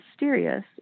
mysterious